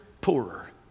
poorer